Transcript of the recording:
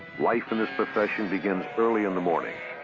life in this profession begins early in the morning.